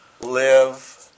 live